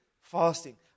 fasting